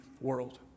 world